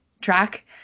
track